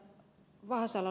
tähän ed